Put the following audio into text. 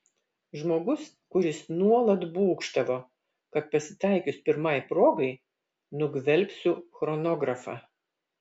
žmogus kuris nuolat būgštavo kad pasitaikius pirmai progai nugvelbsiu chronografą